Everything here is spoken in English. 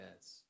yes